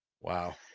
wow